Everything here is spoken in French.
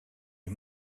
les